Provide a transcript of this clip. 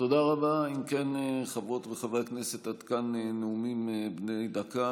בוא נעשה לזה סוף, נשמור על הילדים שלנו.